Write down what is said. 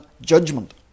judgment